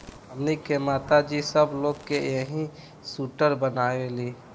हमनी के माता जी सब लोग के एही से सूटर बनावेली